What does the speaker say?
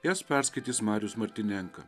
jas perskaitys marius martinenka